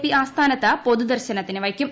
P ആസ്ഥാനത്ത് പ്പൊതുദർശനത്തിന് വയ്ക്കും